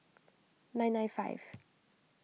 nine nine five